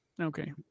Okay